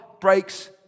breaks